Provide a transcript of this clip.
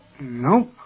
Nope